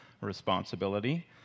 responsibility